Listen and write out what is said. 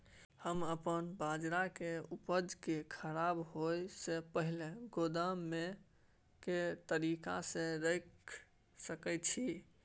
हम अपन बाजरा के उपज के खराब होय से पहिले गोदाम में के तरीका से रैख सके छी?